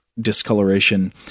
discoloration